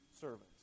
servants